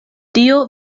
dio